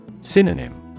Synonym